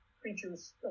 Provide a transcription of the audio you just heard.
creatures